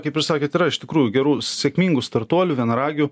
kaip ir sakėt yra iš tikrųjų gerų sėkmingų startuolių vienaragių